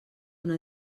una